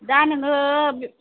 दा नोङो